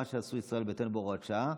מה שעשו ישראל ביתנו בהוראת שעה,